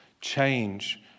Change